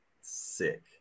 sick